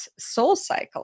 SoulCycle